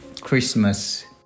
Christmas